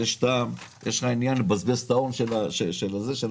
יש לך עניין לבזבז את ההון של הנתיב?